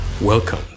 Welcome